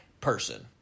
person